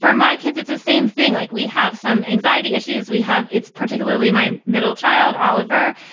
for my kids? it's the same thing. like we have some anxiety issues we have. it's particularly my middle child. oliver,